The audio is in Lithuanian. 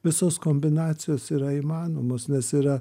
visos kombinacijos yra įmanomos nes yra